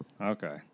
Okay